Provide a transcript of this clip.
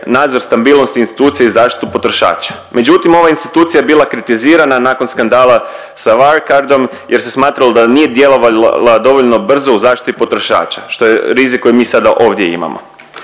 nadzor, stabilnost institucije i zaštitu potrošača. Međutim, ova institucija je bila kritizirana nakon skandala sa Wirecardom jer se smatralo da nije djelovalo dovoljno brzo u zaštiti potrošača, što je rizik koji mi sada ovdje imamo.